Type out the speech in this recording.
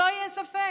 שלא יהיה ספק.